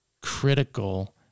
critical